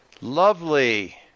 Lovely